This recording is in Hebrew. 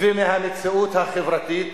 ומהמציאות החברתית,